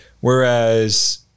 whereas